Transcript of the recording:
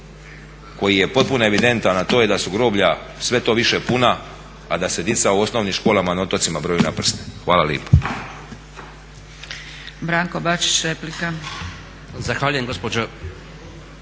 koji je potpuno evidentan a to je da su groblja sve to više puna a da se djeca u osnovnim školama na otocima broje na prste. Hvala lijepa.